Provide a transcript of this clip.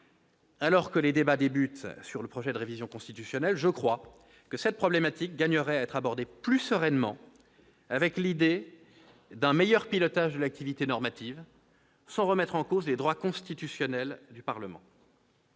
Alors que les débats sur le projet de révision constitutionnelle commencent, je crois que cette problématique gagnerait à être abordée plus sereinement, dans l'idée d'un meilleur pilotage de l'activité normative, sans remettre en cause les droits constitutionnels du Parlement.